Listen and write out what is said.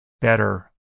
better